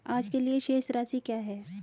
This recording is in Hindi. आज के लिए शेष राशि क्या है?